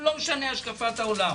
לא משנה השקפת העולם.